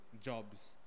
jobs